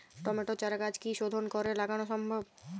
টমেটোর চারাগাছ কি শোধন করে লাগানো সম্ভব?